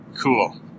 Cool